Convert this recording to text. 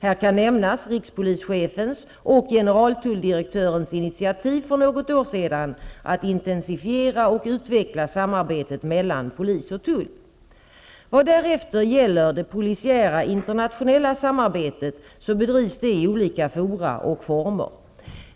Här kan nämnas rikspolischefens och generaltulldirektörens initiativ för något år sedan att intensifiera och utveckla samarbetet mellan polis och tull. Vad därefter gäller det polisiära internationella samarbetet så bedrivs det i olika fora och former.